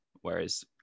Whereas